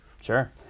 Sure